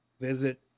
visit